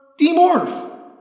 demorph